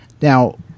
Now